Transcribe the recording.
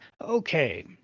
Okay